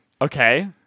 Okay